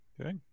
Okay